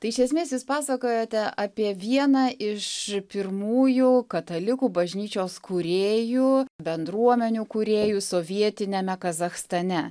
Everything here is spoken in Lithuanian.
tai iš esmės jūs pasakojote apie vieną iš pirmųjų katalikų bažnyčios kūrėjų bendruomenių kūrėjų sovietiniame kazachstane